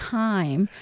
time